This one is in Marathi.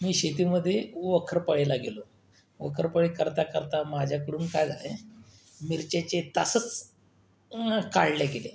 मी शेतीमध्ये वखरपाळीला गेलो वखरपाळी करता करता माझ्याकडून काय झालं आहे मिरच्याचे तासंच काढले गेले